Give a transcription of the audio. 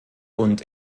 und